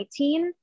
2019